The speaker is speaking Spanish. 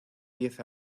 diez